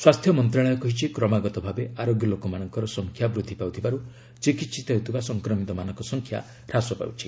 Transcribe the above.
ସ୍ୱାସ୍ଥ୍ୟ ମନ୍ତ୍ରଣାଳୟ କହିଛି କ୍ରମାଗତ ଭାବେ ଆରୋଗ୍ୟ ଲୋକମାନଙ୍କର ସଂଖ୍ୟା ବୃଦ୍ଧି ପାଉଥିବାରୁ ଚିକିହିତ ହେଉଥିବା ସଂକ୍ରମିତମାନଙ୍କ ସଂଖ୍ୟା ହ୍ରାସ ପାଉଛି